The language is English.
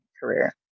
career